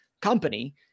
company